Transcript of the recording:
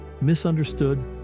misunderstood